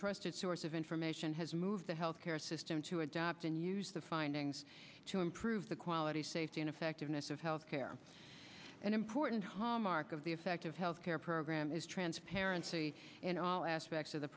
trusted source of information has moved the health care system to adopt and use the findings to improve the quality safety and effectiveness of health care an important hallmark of the of of healthcare program is transparency and all aspects of the